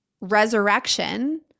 resurrection